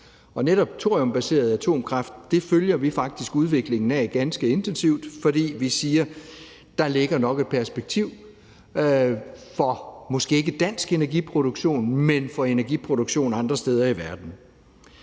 netop thoriumbaseret atomkraft følger vi faktisk udviklingen af ganske intensivt, fordi vi siger, at der nok ligger et perspektiv, måske ikke for dansk energiproduktion, men for energiproduktion andre steder i verden.